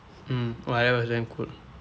mm !wah! eh that one damn cool